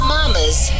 Mama's